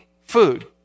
food